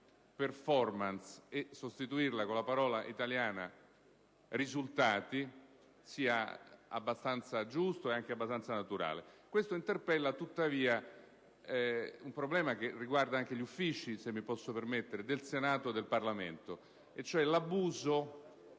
"*performance*" e sostituirla con la parola italiana "risultati" sia giusto e naturale. Questo interpella, tuttavia, un problema che riguarda anche gli uffici - se posso permettermi - del Senato e del Parlamento, e cioè l'abuso